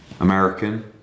American